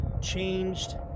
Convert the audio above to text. changed